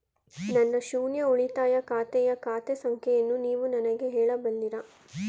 ನನ್ನ ಶೂನ್ಯ ಉಳಿತಾಯ ಖಾತೆಯ ಖಾತೆ ಸಂಖ್ಯೆಯನ್ನು ನೀವು ನನಗೆ ಹೇಳಬಲ್ಲಿರಾ?